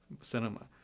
cinema